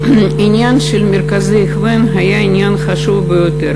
העניין של מרכזי ההכוון היה עניין חשוב ביותר,